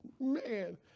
Man